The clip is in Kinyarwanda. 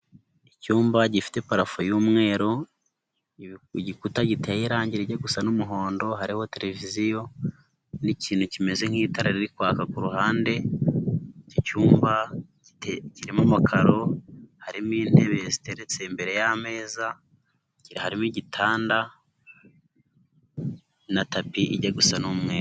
Icyumba gifite parafu y'umweru. Igikuta giteye irangi rijya gusa n'umuhondo. Hariho televiziyo, ni kintu kimeze nk'itara riri kwaka kuruhande. Icyumba kirimo amakaro, harimo intebe ziteretse imbere y'ameza. Harimo igitanda na tapi ijya gusa n'umweru.